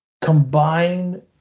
combine